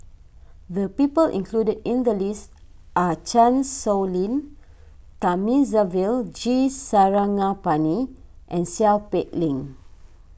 the people included in the list are Chan Sow Lin Thamizhavel G Sarangapani and Seow Peck Leng